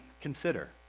consider